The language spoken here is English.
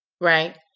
right